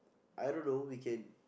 I don't know we can